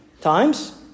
times